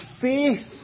faith